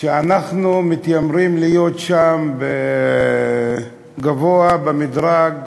שאנחנו מתיימרים להיות שם גבוה במדרג,